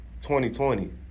2020